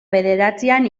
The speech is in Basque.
bederatzian